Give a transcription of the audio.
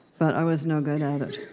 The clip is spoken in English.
but i was no good at it.